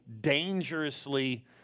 dangerously